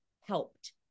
helped